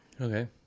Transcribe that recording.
Okay